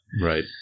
Right